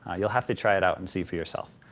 ah you'll have to try it out and see for yourself.